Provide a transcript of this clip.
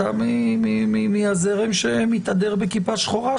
אתה מהזרם שמתהדר בכיפה שחורה,